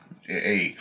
hey